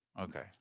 Okay